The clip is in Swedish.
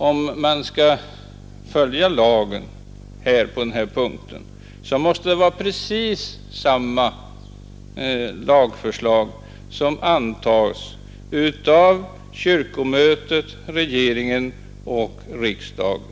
Om man skall följa lagen på den här punkten måste det vara precis samma lagförslag som antas av kyrkomötet, regeringen och riksdagen.